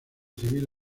civil